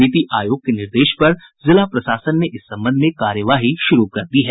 नीति आयोग के निर्देश पर जिला प्रशासन ने इस संबंध में कार्यवाही शुरू कर दी है